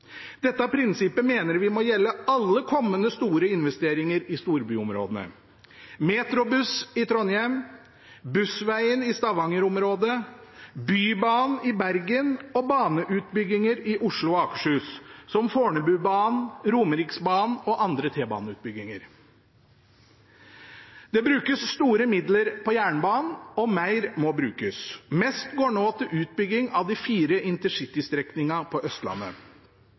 Dette prinsippet mener vi må gjelde alle kommende store investeringer i storbyområdene – Metrobuss i Trondheim, Bussveien i Stavanger-området, Bybanen i Bergen og baneutbygginger i Oslo og Akershus, som Fornebubanen, Romeriksbanen og andre T-baneutbygginger. Det brukes store midler på jernbanen, og mer må brukes. Mest går nå til utbygging av de fire InterCity-strekningene på Østlandet.